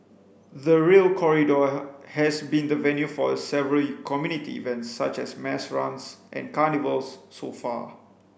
the Rail Corridor has been the venue for several community events such as mass runs and carnivals so far